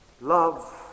Love